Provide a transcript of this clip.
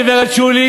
גברת שולי,